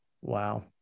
Wow